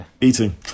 Eating